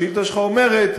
השאילתה שלך אומרת: